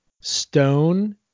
Stone